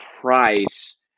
price